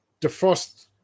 defrost